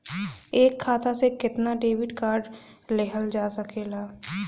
एक खाता से केतना डेबिट कार्ड लेहल जा सकेला?